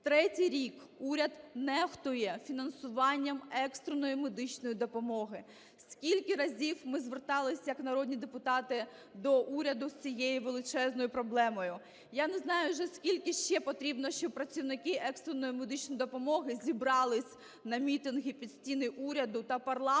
Третій рік уряд нехтує фінансуванням екстреної медичної допомоги. Скільки разів ми зверталися як народні депутати до уряду з цією величезною проблемою. Я не знаю вже, скільки ще потрібно, щоб працівники екстреної медичної допомоги зібрались на мітинги під стіни уряду та парламенту,